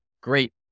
great